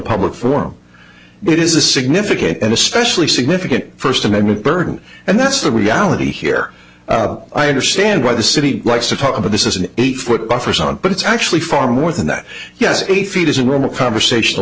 public form it is a significant and especially significant first amendment burden and that's the reality here i understand why the city likes to talk about this is an eight foot buffer zone but it's actually far more than that yes eight feet isn't really a conversational